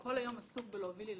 וכל היום הוא עסוק בהובלת ילדים.